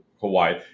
Hawaii